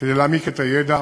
כדי להעמיק את הידע.